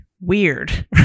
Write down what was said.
weird